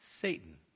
Satan